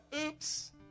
oops